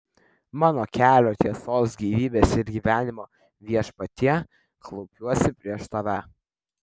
mano kelio tiesos gyvybės ir gyvenimo viešpatie klaupiuosi prieš tave